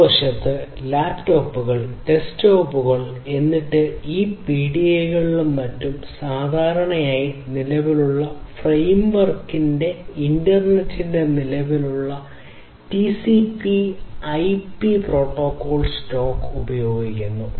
മറുവശത്ത് ലാപ്ടോപ്പുകൾ ഡെസ്ക്ടോപ്പുകൾ എന്നിട്ട് ഈ PDA കളും മറ്റ് പലതും സാധാരണയായി നിലവിലുള്ള ഫ്രെയിംവർക്കിൽ ഇന്റർനെറ്റിന്റെ നിലവിലുള്ള TCPIP പ്രോട്ടോക്കോൾ സ്റ്റാക്ക് ഉപയോഗിക്കുന്നു